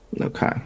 Okay